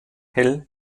hell